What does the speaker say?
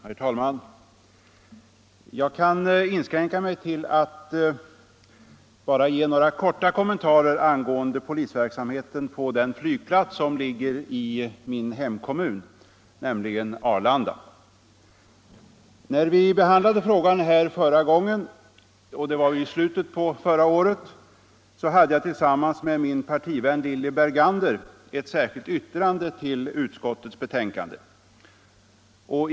Herr talman! Jag kan inskränka mig till några korta kommentarer angående polisverksamheten på den flygplats som ligger i min hemkommun, nämligen Arlanda. När vi behandlade frågan här senast — det var i slutet av förra året —- hade jag tillsammans med min partivän Lilly Bergander ett särskilt yttrande till utskottets betänkande.